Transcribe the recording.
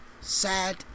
sad